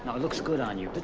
it looks good on you.